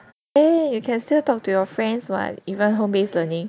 eh you can still talk to your friends [what] even home based learning